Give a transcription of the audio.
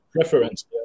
preference